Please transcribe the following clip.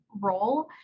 role